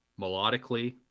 melodically